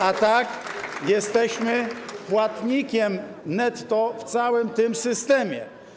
A tak jesteśmy płatnikiem netto w całym tym systemie.